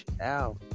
out